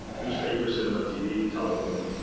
newspapers, cinema, tv, telephone,